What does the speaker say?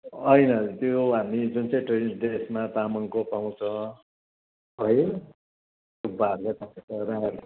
होइन त्यो हामी जुन चाहिँ ट्रेडिसनल ड्रेसमा तामाङको पाउँछ है सुब्बाहरूले पाउँछ राई